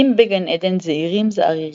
בתים בגן עדן זעירים-זערירים,